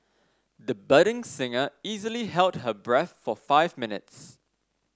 the budding singer easily held her breath for five minutes